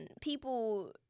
people